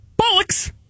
Bollocks